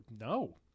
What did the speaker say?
no